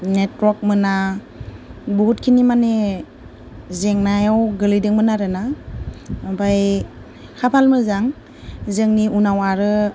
network मोना बहुदखिनि माने जेंनायाव गोग्लैदोंमोन आरोना ओमफ्राय खाफाल मोजां जोंनि उनाव आरो